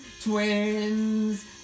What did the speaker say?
twins